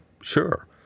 sure